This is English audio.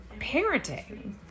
parenting